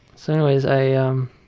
so anyways i,